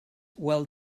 well